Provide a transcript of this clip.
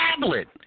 tablet